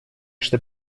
что